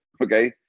Okay